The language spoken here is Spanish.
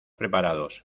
preparados